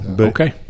Okay